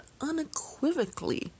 unequivocally